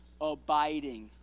abiding